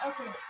Okay